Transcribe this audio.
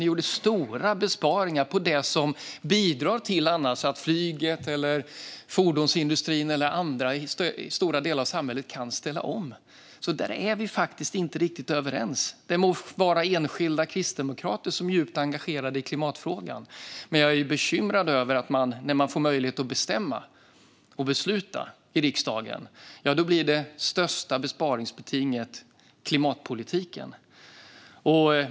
Ni gjorde stora besparingar på det som bidrar till att flyget, fordonsindustrin och stora delar av samhället kan ställa om. Där är vi alltså inte riktigt överens. Det må vara enskilda kristdemokrater som är djupt engagerade i klimatfrågan. Men jag är bekymrad över att när man får möjlighet att bestämma och besluta i riksdagen, ja, då blir det största besparingsbetinget klimatpolitiken.